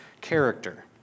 character